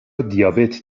دیابت